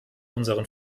unseren